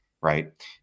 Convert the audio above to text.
right